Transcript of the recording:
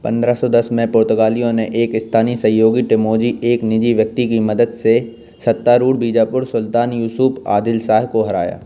पंद्रह सौ दस में पुर्तगालियों ने एक स्थानीय सहयोगी टिमोजी एक निजी व्यक्ति की मदद से सत्तारूढ़ बीजापुर सुल्तान यूसुफ आदिल शाह को हराया